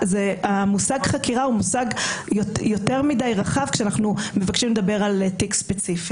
המושג חקירה הוא מושג יותר מידי רחב כשאנחנו מבקשים לדבר על תיק ספציפי.